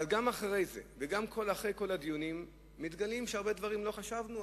אבל גם אחרי זה וגם אחרי כל הדיונים מתגלה שעל הרבה דברים לא חשבנו.